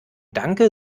danke